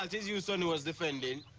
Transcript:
ah is is you sonny was defending!